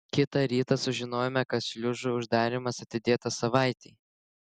kitą rytą sužinojome kad šliuzų uždarymas atidėtas savaitei